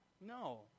No